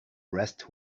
rest